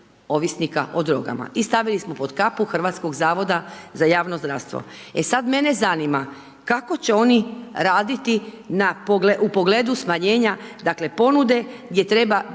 ovisnika o drogama i stavili smo pod kapu Hrvatskog zavoda za javno zdravstvo. E sada mene zanima, kako će oni raditi u pogledu smanjenja ponude, gdje treba